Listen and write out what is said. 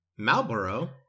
Malboro